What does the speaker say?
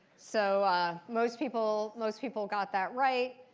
so most people most people got that right.